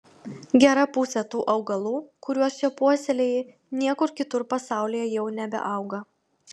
gera pusė tų augalų kuriuos čia puoselėji niekur kitur pasaulyje jau nebeauga